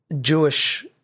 Jewish